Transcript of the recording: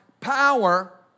power